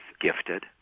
gifted